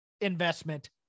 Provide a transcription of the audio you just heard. investment